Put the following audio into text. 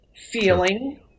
feeling